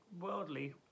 worldly